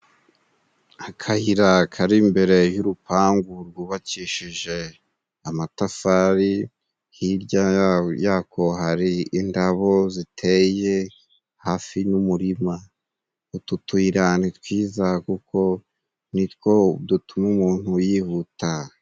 Akayira kari imbere y'urupangu rwubakishije amatafari, hirya yako hari indabo ziteye hafi n'umurima, utu tuyira ni twiza kuko nitwo dutuma umuntu yihuta.